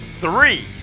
three